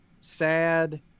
sad